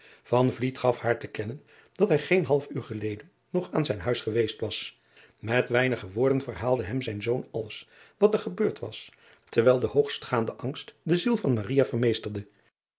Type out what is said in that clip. gaf haar te kennen dat hij geen half uur geleden nog aan zijn huis geweest was et weinige woorden verhaalde hem zijn zoon alles wat er gebeurd was terwijl de hoogstgaande angst de ziel van vermeesterde